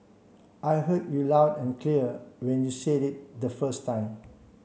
I heard you loud and clear when you said it the first time